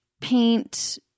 paint